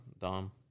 Dom